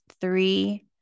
three